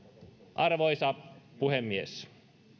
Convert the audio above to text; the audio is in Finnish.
arvoisa puhemies